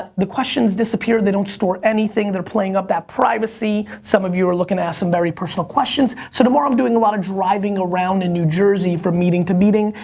the questions disappear, they don't store anything, they're playing up that privacy. some of you are lookin' to ask some very personal questions, so tomorrow i'm doing a lot of driving around in new jersey from meeting to meeting,